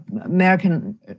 American